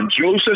Joseph